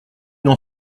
n’en